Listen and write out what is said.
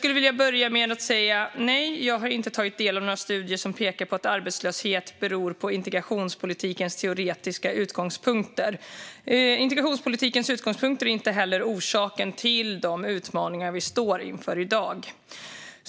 Låt mig börja med att säga att nej, jag har inte tagit del av några studier som pekar på att arbetslöshet beror på integrationspolitikens teoretiska utgångpunkter. Integrationspolitikens utgångspunkter är inte heller orsaken till de utmaningar vi står inför i dag.